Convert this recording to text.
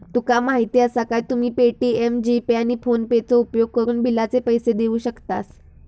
तुका माहीती आसा काय, तुम्ही पे.टी.एम, जी.पे, आणि फोनेपेचो उपयोगकरून बिलाचे पैसे देऊ शकतास